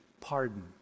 pardon